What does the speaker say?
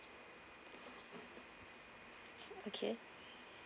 okay